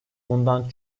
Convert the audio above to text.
bundan